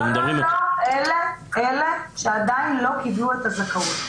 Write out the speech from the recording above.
לא, לא, אלה שעדיין לא קיבלו את הזכאות.